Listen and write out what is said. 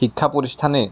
শিক্ষা প্ৰতিষ্ঠানে